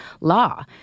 law